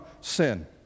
sin